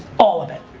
all of it.